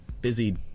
busy